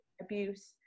abuse